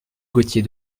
gaultier